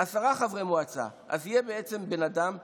עשרה חברי מועצה, ואז יהיה בעצם בן אדם אחד,